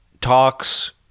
talks